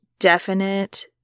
definite